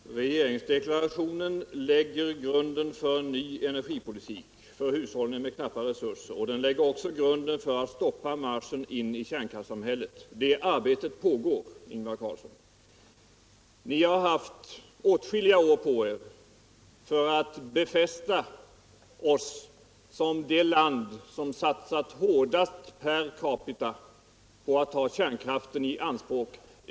Herr tälman! Regeringsdeklarationen lägger grunden till en ny energipolitik för hushållning med knappa resurser. Den lägger också grunden för att stoppa marsehen in i kärnkraftssamhället. Det arbetet pågår, Ingvar Carlsson. Ni har haft åtskilliga år på er för att befästa Sverige som det land som salsat hårdast per capita på utt ta kärnkräften i anspråk.